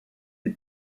les